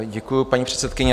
Děkuji, paní předsedkyně.